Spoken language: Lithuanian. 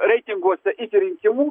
reitinguose iki rinkimų